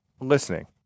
listening